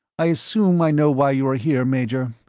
i assume i know why you are here, major.